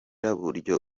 dukoresha